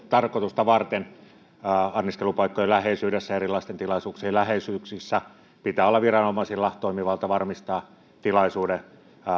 tarkoitusta varten anniskelupaikkojen ja erilaisten tilaisuuksien läheisyydessä pitää olla viranomaisilla toimivalta varmistaa tilaisuuden